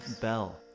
Bell